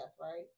right